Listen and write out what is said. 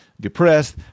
depressed